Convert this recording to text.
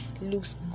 looks